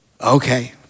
Okay